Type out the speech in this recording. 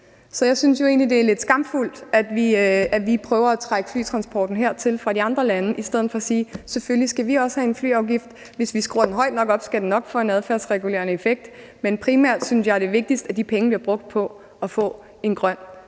Så jeg synes jo egentlig, det er lidt skamfuldt, at vi prøver at trække flytransporten hertil fra de andre lande i stedet for at sige: Selvfølgelig skal vi også have en flyafgift. Og hvis vi skruer den højt nok op, skal den nok få en adfærdsregulerende effekt, men primært synes jeg, det er vigtigt, at de penge bliver brugt på at få en grøn flytransport.